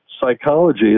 psychology